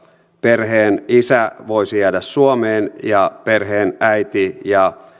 perheen isä voisi jäädä suomeen ja perheen äiti ja